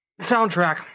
soundtrack